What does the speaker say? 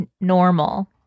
normal